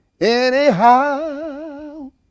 Anyhow